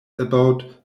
about